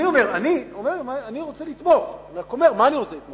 אני רוצה לתמוך, אני רק אומר במה אני רוצה לתמוך.